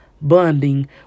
bonding